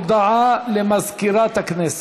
הודעה למזכירת הכנסת.